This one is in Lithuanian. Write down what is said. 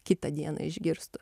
kitą dieną išgirstų